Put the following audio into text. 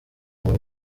muntu